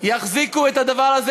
יחזיקו את הדבר הזה,